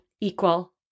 equal